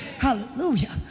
Hallelujah